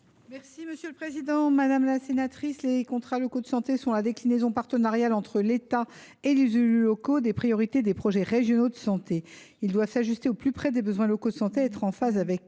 Quel est l’avis du Gouvernement ? Les contrats locaux de santé sont la déclinaison partenariale, entre l’État et les élus locaux, des priorités des projets régionaux de santé. Ils doivent s’ajuster au plus près des besoins locaux de santé et être en phase avec